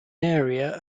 area